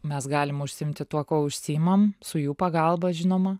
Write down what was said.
mes galim užsiimti tuo kuo užsiimam su jų pagalba žinoma